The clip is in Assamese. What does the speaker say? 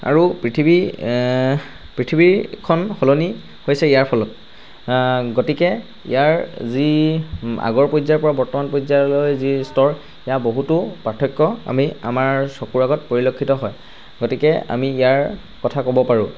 আৰু পৃথিৱী পৃথিৱীখন সলনি হৈছে ইয়াৰ ফলত গতিকে ইয়াৰ যি আগৰ পৰ্যায়ৰপৰা বৰ্তমান পৰ্যায়লৈ যি স্তৰ সেয়া বহুতো পাৰ্থক্য আমি আমাৰ চকুৰ আগত পৰিলক্ষিত হয় গতিকে আমি ইয়াৰ কথা ক'ব পাৰোঁ